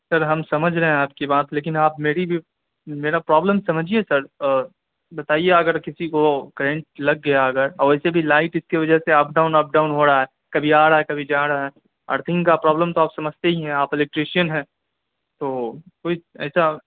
سر ہم سمجھ رہے ہیں آپ کی بات لیکن آپ میری بھی میرا پرابلم سمجھیے سر بتائیے اگر کسی کو کرنٹ لگ گیا اگر اور ویسے بھی لائٹ اس کی وجہ سے اپ ڈاؤن اپ ڈاؤن ہو رہا ہے کبھی آ رہا ہے کبھی جا رہا ہے ارتھنگ کا پرابلم تو آپ سمجھتے ہی ہیں آپ الیکٹریشین ہیں تو کوئی ایسا